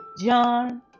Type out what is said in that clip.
John